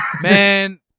Man